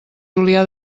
julià